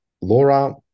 Laura